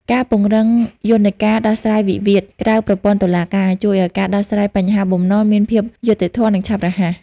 ការពង្រឹងយន្តការដោះស្រាយវិវាទក្រៅប្រព័ន្ធតុលាការ ជួយឱ្យការដោះស្រាយបញ្ហាបំណុលមានភាពយុត្តិធម៌ និងឆាប់រហ័ស។